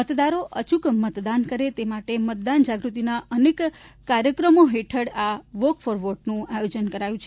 મતદારો અચૂક મતદાન કરે તે માટે મતદાન જાગૃતિના અનેક કાર્યક્રમો આ વોક ફોર વોટનું આયોજન કરાયું છે